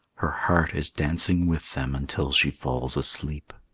her heart is dancing with them until she falls asleep.